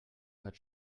hat